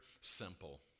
Simple